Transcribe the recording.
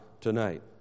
tonight